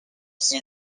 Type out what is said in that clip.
qui